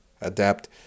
adapt